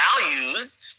values